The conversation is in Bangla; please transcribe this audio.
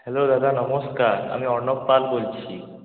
হ্যালো দাদা নমস্কার আমি অর্নব পাল বলছি